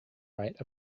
write